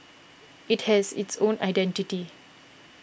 it has its own identity